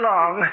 Long